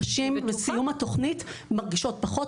הנשים בסיום התוכנית מרגישות פחות